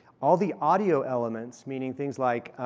all the audio elements meaning things like